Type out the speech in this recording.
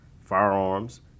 firearms